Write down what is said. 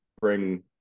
bring